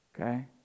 Okay